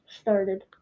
started